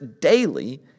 daily